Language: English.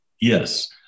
Yes